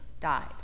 died